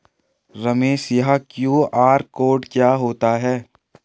रमेश यह QR code क्या होता है?